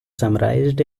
summarized